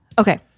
Okay